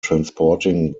transporting